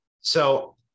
So-